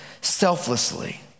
selflessly